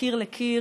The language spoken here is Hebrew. מקיר לקיר,